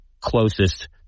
closest